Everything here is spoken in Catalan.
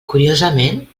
curiosament